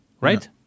right